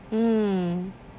mm